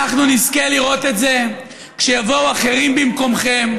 אנחנו נזכה לראות את זה כשיבואו אחרים במקומכם.